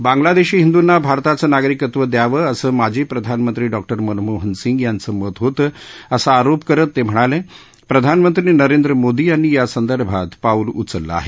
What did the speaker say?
बांग्लादेशी हिंदूना भारताचं नागरिकत्व द्यावं असं माजी प्रधानमंत्री डॉक्टरे मनमोहन सिंग यांचं मत होतं असा आरोप करत ते म्हणाले प्रधानमंत्री नरेंद्र मोदी यांनी यासंदर्भात पाऊल उचललं आहे